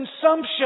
consumption